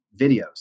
videos